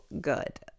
good